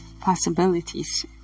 possibilities